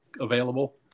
available